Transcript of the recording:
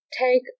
take